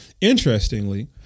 Interestingly